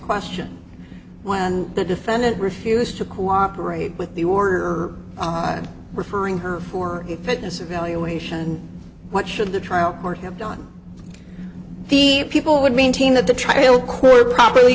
question when the defendant refused to cooperate with the order referring her for fitness evaluation what should the trial or have done the people would maintain that the trial court properly